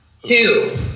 Two